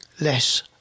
less